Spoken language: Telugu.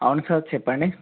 అవును సార్ చెప్పండి